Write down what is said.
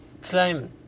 claim